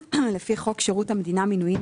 "לפי חוק שירות המדינה (מינויים),